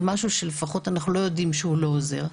משהו שאנחנו לא יודעים שהוא לא עוזר.